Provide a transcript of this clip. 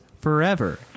forever